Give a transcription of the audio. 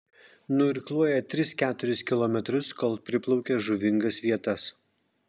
nuirkluoja tris keturis kilometrus kol priplaukia žuvingas vietas